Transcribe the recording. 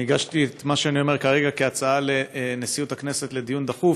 אני הגשתי את מה שאני אומר כרגע כהצעה לנשיאות הכנסת לדיון דחוף,